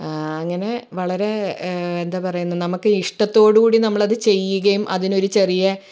അങ്ങനെ വളരേ എന്താ പറയുന്നതെന്ന് നമുക്ക് ഇഷ്ടത്തോട് കൂടി നമ്മളത് ചെയ്യുകയും അതിനൊരു ചെറിയ